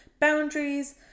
boundaries